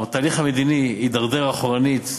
התהליך המדיני הידרדר אחורנית,